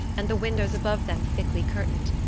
and the windows above them thickly curtained.